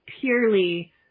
purely